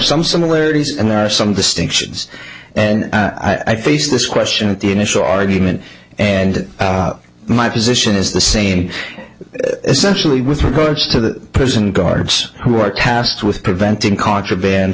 some similarities and there are some distinctions and i face this question of the initial argument and my position is the same essentially with regards to the prison guards who are tasked with preventing contraband